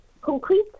concrete